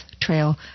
trail